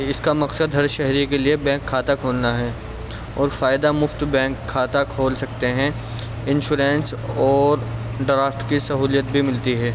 اس کا مقصد ہر شہری کے لیے بینک کھاتا کھولنا ہے اور فائدہ مفت بینک کھاتا کھول سکتے ہیں انسورنش اور ڈرافٹ کی سہولت بھی ملتی ہے